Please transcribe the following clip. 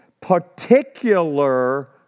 particular